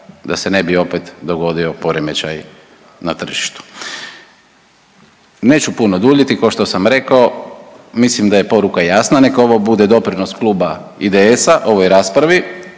da se ne bi opet dogodio poremećaj na tržištu. Neću puno duljiti, kao što sam rekao mislim da je poruka jasna. Neka ovo bude doprinos kluba IDS-a ovoj raspravi.